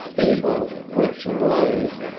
feeble, rich, and loathed,